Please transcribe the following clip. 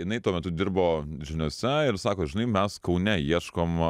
jinai tuo metu dirbo žiniose ir sako žinai mes kaune ieškom